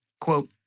Quote